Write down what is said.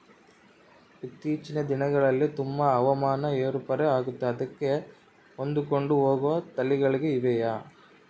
ಇತ್ತೇಚಿನ ದಿನಗಳಲ್ಲಿ ತುಂಬಾ ಹವಾಮಾನ ಏರು ಪೇರು ಆಗುತ್ತಿದೆ ಅದಕ್ಕೆ ಹೊಂದಿಕೊಂಡು ಹೋಗುವ ತಳಿಗಳು ಇವೆಯಾ?